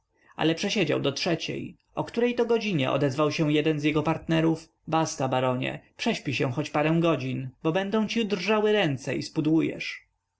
ale przesiedział do trzeciej o której to godzinie odezwał się jeden z jego partnerów basta baronie prześpij się choć parę godzin bo będą ci drżały ręce i